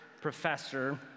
professor